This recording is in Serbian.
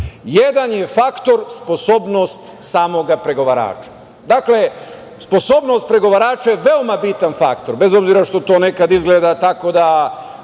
Jedan je faktor sposobnost samog pregovarača. Dakle, sposobnost pregovarača je veoma bitan faktor, bez obzira što to nekad izgleda tako da